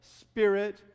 spirit